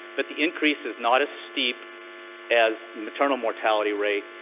but the increase is not as steep as maternal mortality rate.